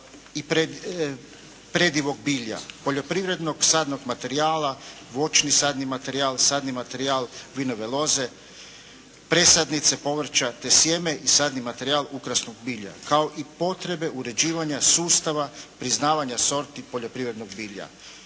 i predivog bilja, poljoprivrednog sadnog materijala, voćni sadni materijal, sadni materijal vinove loze, presadnice povrća te sjeme i sadni materijal ukrasnog bilja kao i potrebe uređivanja sustava priznavanja sorti poljoprivrednog bilja.